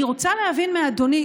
אני רוצה להבין מאדוני,